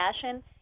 fashion